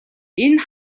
энэ